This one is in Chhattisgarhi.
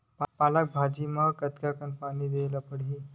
पालक भाजी म पानी कतेक दिन म देला पढ़ही?